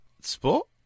Sport